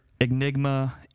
Enigma